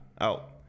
out